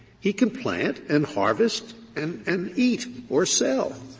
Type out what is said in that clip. he can plant and harvest and and eat or sell.